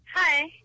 Hi